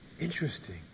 Interesting